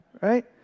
right